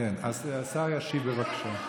השר ישיב, בבקשה.